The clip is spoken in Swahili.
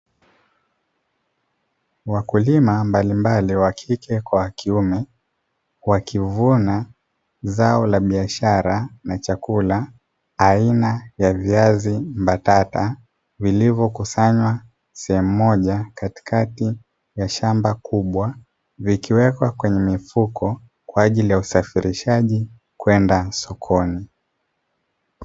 Wakulima mbalimbali wakike kwa wakiume, wakivuna zao la biashara na chakula aina ya viazi mbatata vilivyokusanywa sehemu moja katikati ya shamba kubwa vikiwekwa kwenye mifuko kwa ajili ya usafirishaji kwenda sokoni.